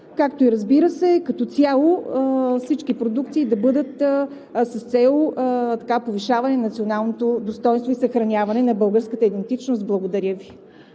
както, разбира се, като цяло всички продукции да бъдат с цел повишаване на националното достойнство и съхраняване на българската идентичност. Благодаря Ви.